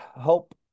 help